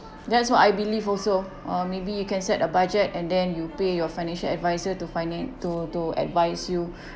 that's what I believe also uh maybe you can set a budget and then you pay your financial advisor to finan~ to to advise you